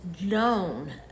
known